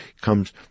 comes